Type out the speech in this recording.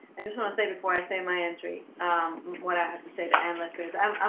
i just wanna say before i say my entry what i have to say the analyst says